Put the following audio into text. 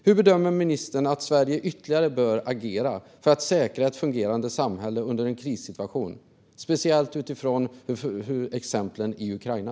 Hur bedömer ministern att Sverige ytterligare bör agera för att säkra ett fungerande samhälle i en krissituation, speciellt utifrån exemplen i Ukraina?